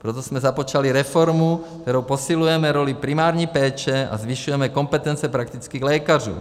Proto jsme započali reformu, kterou posilujeme roli primární péče a zvyšujeme kompetence praktických lékařů.